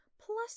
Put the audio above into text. Plus